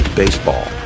baseball